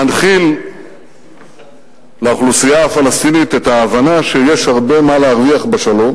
להנחיל לאוכלוסייה הפלסטינית את ההבנה שיש הרבה מה להרוויח בשלום.